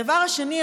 הדבר השני,